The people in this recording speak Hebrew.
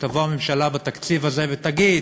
שתבוא הממשלה בתקציב הזה ותגיד: